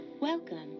Welcome